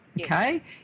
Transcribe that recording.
okay